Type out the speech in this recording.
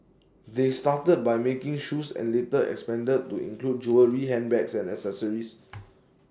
they started by making shoes and later expanded to include jewellery handbags and accessories